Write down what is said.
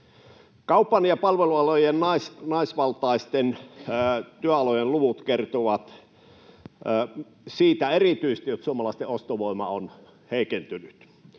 Kaupan ja palvelualojen, naisvaltaisten työalojen, luvut kertovat erityisesti siitä, että suomalaisten ostovoima on heikentynyt.